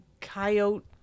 coyote